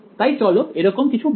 তাই চল এরকম কিছু বলি